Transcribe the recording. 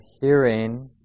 hearing